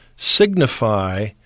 signify